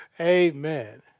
Amen